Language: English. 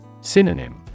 synonym